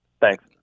Thanks